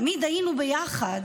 תמיד היינו ביחד.